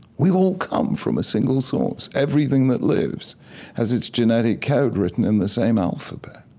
we all come from a single source. everything that lives has its genetic code written in the same alphabet.